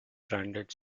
branded